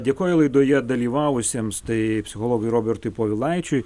dėkoju laidoje dalyvavusiems tai psichologui robertui povilaičiui